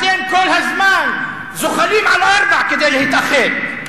אתם כל הזמן זוחלים על ארבע כדי להתאחד, ליכוד,